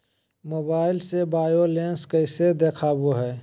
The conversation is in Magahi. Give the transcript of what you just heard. मोबाइल से बायलेंस कैसे देखाबो है?